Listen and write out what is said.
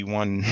one